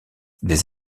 des